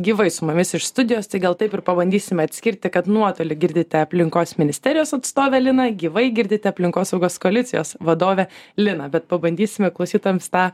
gyvai su mumis iš studijos tai gal taip ir pabandysime atskirti kad nuotoliu girdite aplinkos ministerijos atstovę liną gyvai girdite aplinkosaugos koalicijos vadovę liną bet pabandysime klausytojams tą